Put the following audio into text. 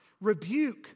rebuke